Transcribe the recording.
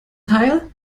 teil